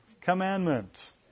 commandment